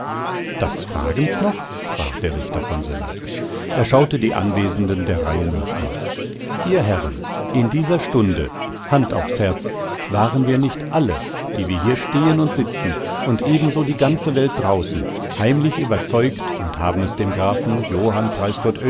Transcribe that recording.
das fragen's noch sprach der richter von söller er schaute die anwesenden der reihe nach an ihr herren in dieser stunde hand auf's herz waren wir nicht alle wie wir hier stehen und sitzen und ebenso die ganze welt draußen heimlich überzeugt und haben es dem grafen johann